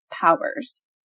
powers